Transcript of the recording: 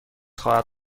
خواهد